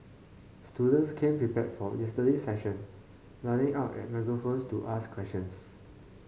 students came prepared for yesterday's session lining up at microphones to ask questions